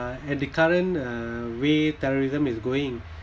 at the current uh way terrorism is going